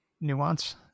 nuance